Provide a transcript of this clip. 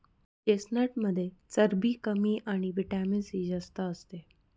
चेस्टनटमध्ये चरबी कमी आणि व्हिटॅमिन सी जास्त असते